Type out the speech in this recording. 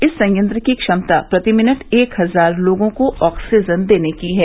इस संयंत्र की क्षमता प्रति मिनट एक हजार लोगों को ऑक्सीजन देने की है